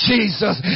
Jesus